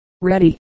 ready